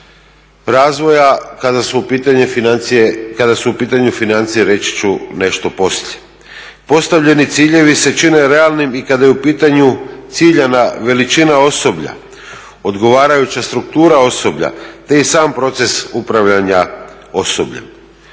razvoja kada su u pitanju financije reći ću nešto poslije. Postavljeni ciljevi se čine realnim i kada je u pitanju ciljana veličina osoblja, odgovarajuća struktura osoblja te i sam proces upravljanja osobljem.